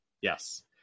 Yes